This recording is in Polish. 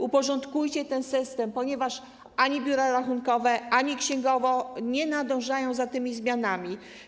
Uporządkujcie ten system, ponieważ ani biura rachunkowe, ani biura księgowe nie nadążają za tymi zmianami.